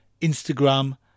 Instagram